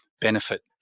benefit